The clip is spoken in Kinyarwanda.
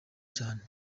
cyane